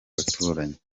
baturanye